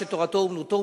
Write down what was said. שתורתו אומנותו,